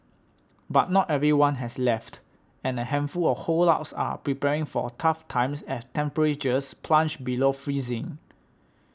but not everyone has left and a handful of holdouts are preparing for tough times as temperatures plunge below freezing